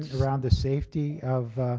around the safety of